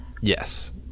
Yes